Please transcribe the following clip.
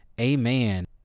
Amen